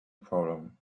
problem